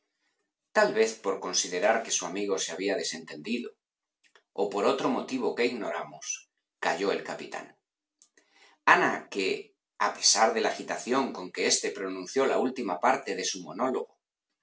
tal vez por considerar que su amigo se había desentendido o por otro motivo que ignoramos calló el capitán ana que a pesar de la agitación con que éste pronunció la última parte de su monólogo